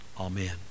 Amen